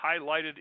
highlighted